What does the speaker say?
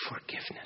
forgiveness